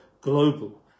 global